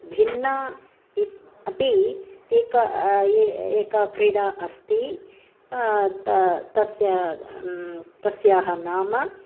भिन्ना इ इत अपि एका ए एका क्रीडा अस्ति त तस्य तस्याः नाम